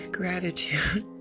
gratitude